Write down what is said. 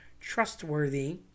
trustworthy